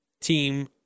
team